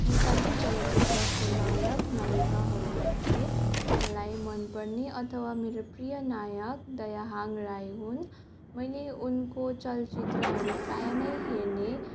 नेपाली चलचित्रको नायक नायिकाहरूमध्ये मलाई मनपर्ने अथवा मेरो प्रिय नायक दयाहाङ राई हुन् मैले उनको चलचित्रहरू प्रायः नै हेर्ने